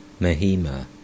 Mahima